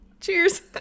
Cheers